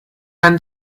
and